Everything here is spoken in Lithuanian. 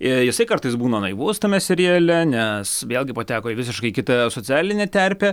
ir jisai kartais būna naivus tame seriale nes vėlgi pateko į visiškai kitą socialinę terpę